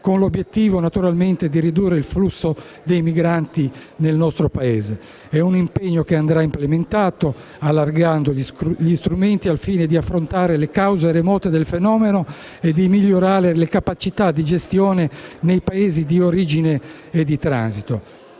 con l'obiettivo di ridurre il flusso dei migranti nel nostro Paese. È un impegno che andrà implementato, allargando gli strumenti, al fine di affrontare le cause remote del fenomeno e di migliorare capacità di gestione nei Paesi di origine e di transito.